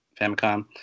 Famicom